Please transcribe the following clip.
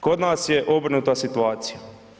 Kod nas je obrnuta situacija.